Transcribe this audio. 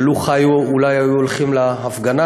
שלו חיו היו הולכים להפגנה